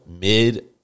mid